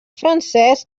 francès